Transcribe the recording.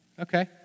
Okay